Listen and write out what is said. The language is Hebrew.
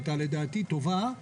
הייתה לדעתי טובה,